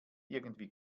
irgendwie